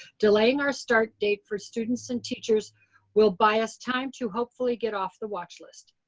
delaying our start date for students and teachers will buy us time to hopefully get off the watch list.